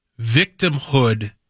victimhood